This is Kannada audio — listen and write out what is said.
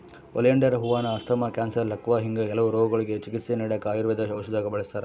ಓಲಿಯಾಂಡರ್ ಹೂವಾನ ಅಸ್ತಮಾ, ಕ್ಯಾನ್ಸರ್, ಲಕ್ವಾ ಹಿಂಗೆ ಕೆಲವು ರೋಗಗುಳ್ಗೆ ಚಿಕಿತ್ಸೆ ನೀಡಾಕ ಆಯುರ್ವೇದ ಔಷದ್ದಾಗ ಬಳುಸ್ತಾರ